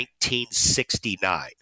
1969